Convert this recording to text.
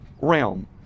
realm